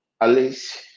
Alice